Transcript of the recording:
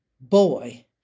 Boy